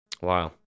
Wow